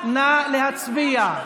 נא להצביע.